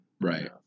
Right